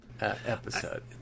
episode